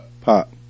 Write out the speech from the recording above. Pop